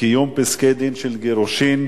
(קיום פסקי-דין של גירושין)